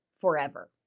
forever